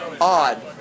odd